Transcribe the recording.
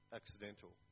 accidental